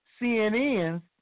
CNN's